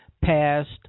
passed